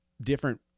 different